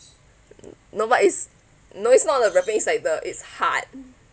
no no but is no it's not the wrapping sider it's hard